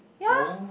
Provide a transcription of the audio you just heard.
ya